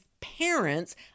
parents